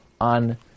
on